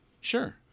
Sure